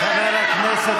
חבר הכנסת